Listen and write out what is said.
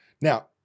now